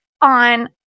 on